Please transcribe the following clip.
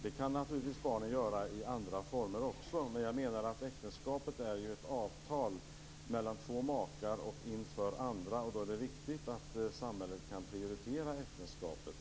Det kan naturligtvis barnen göra i andra former också, men jag menar att äktenskapet är ett avtal mellan två makar och inför andra. Då är det viktigt att samhället kan prioritera äktenskapet.